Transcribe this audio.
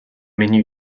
menu